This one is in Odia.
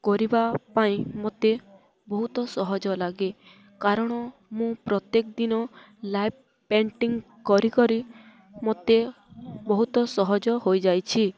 କରିବା ପାଇଁ ମୋତେ ବହୁତ ସହଜ ଲାଗେ କାରଣ ମୁଁ ପ୍ରତ୍ୟେକ ଦିନ ଲାଇଭ୍ ପେଣ୍ଟିଂ କରିକରି ମୋତେ ବହୁତ ସହଜ ହୋଇଯାଇଛି